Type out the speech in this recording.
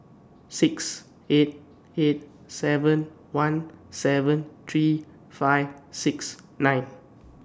six eight eight seven one seven three five six nine